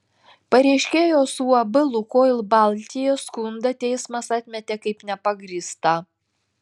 pareiškėjos uab lukoil baltija skundą teismas atmetė kaip nepagrįstą